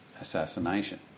assassination